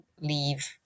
leave